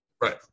Right